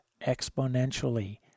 exponentially